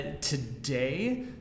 Today